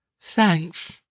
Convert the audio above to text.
Thanks